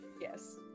Yes